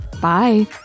Bye